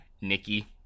Nikki